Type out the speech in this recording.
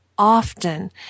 often